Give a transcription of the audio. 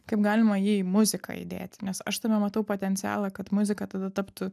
kaip galima jį į muziką įdėti nes aš tame matau potencialą kad muzika tada taptų